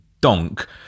donk